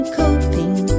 coping